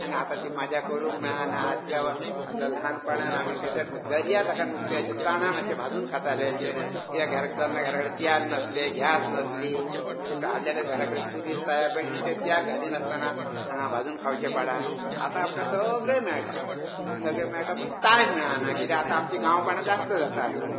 आनी आतां ती मजा करूंक मेळाना आदल्या वो आदलो ल्हानपणान आमी थंयसर दर्यार वचान नुस्तें अशें तणान अशें भाजुन खाताले ते ये घर केन्ना घरा कडेन तेल नासले गॅस नासली म्हणजे ता हाडलेले घरा कडेन चुलीर तव्यार बेश्टे तेल घालीनसताना भाजुन खावचें पडा आता आमकां सगळें मेळटा आनी सगळें मेळटा पूण टायम मेळाना की आता आमची गांवपणा जास्त जातात न्हू